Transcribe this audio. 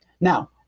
Now